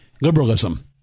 Liberalism